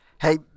Hey